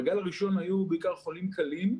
בגל הראשון היו בעיקר חולים קלים,